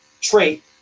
trait